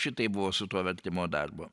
šitaip buvo su tuo vertimo darbu